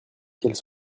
qu’elle